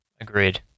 agreed